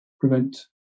prevent